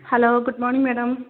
hello good morning madam